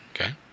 Okay